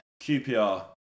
QPR